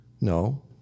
No